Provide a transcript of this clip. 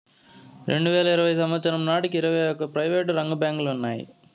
రెండువేల ఇరవై సంవచ్చరం నాటికి ఇరవై ఒక్క ప్రైవేటు రంగ బ్యాంకులు ఉన్నాయి